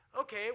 okay